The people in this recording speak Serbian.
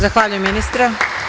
Zahvaljujem ministre.